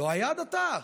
לא הייתה הדתה.